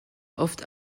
oft